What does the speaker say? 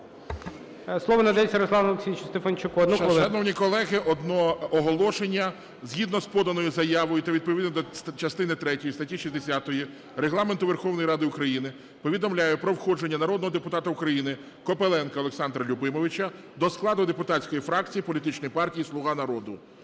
Слово надається Руслану Олексійовичу Стефанчуку